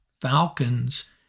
Falcons